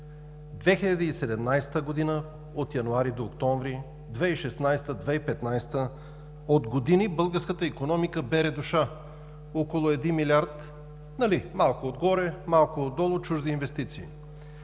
2017 г., от януари до октомври, 2016-а, 2015-а, от години българската икономика бере душа, около един милиард – малко отгоре, малко отдолу, чужди инвестиции